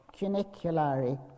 Cuniculari